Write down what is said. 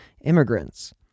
immigrants